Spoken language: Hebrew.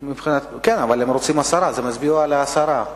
לא אכפת לי שזה יהיה בוועדה,